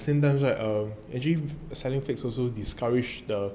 I think that